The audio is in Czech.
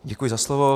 Děkuji za slovo.